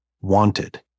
wanted